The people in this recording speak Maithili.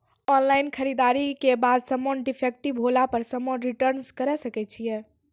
ऑनलाइन खरीददारी के बाद समान डिफेक्टिव होला पर समान रिटर्न्स करे सकय छियै?